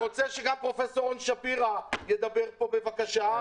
אני רוצה שגם פרופ' רון שפירא ידבר פה, בבקשה.